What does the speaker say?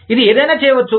ఇది ఏదైనా చేయవచ్చు